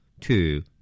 two